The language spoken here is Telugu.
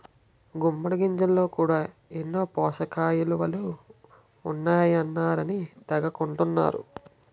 గుమ్మిడి గింజల్లో కూడా ఎన్నో పోసకయిలువలు ఉంటాయన్నారని తెగ కొంటన్నరు